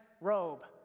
robe